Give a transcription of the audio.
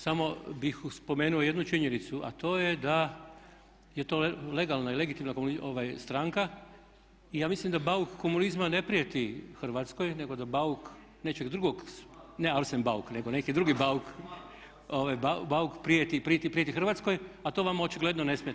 Samo bih spomenuo jednu činjenicu a to je da je to legalna i legitimna stranka i ja mislim da bauk komunizma ne prijeti Hrvatskoj, nego da bauk nečeg drugog, ne Arsen Bauk nego neki drugi bauk prijeti Hrvatskoj a to vama očigledno ne smeta.